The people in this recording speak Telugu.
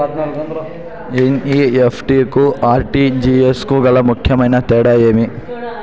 ఎన్.ఇ.ఎఫ్.టి కు ఆర్.టి.జి.ఎస్ కు గల ముఖ్యమైన తేడా ఏమి?